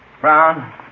Brown